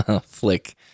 flick